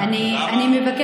למה?